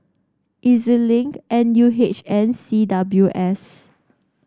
E Z Link N U H and C W S